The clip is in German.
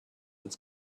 ans